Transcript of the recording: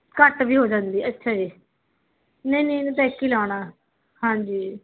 ਘੱਟ ਵੀ ਹੋ ਜਾਂਦੀ ਅੱਛਾ ਜੀ ਨਹੀਂ ਨਹੀਂ ਅਸੀਂ ਤਾਂ ਇੱਕ ਹੀ ਲਾਉਣਾ ਹਾਂਜੀ ਜੀ